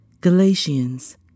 Galatians